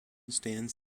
stands